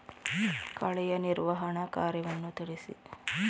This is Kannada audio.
ಕಳೆಯ ನಿರ್ವಹಣಾ ಕಾರ್ಯವನ್ನು ತಿಳಿಸಿ?